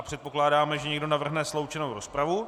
Předpokládáme, že někdo navrhne sloučenou rozpravu.